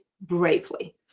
Bravely